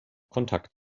kontakt